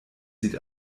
sieht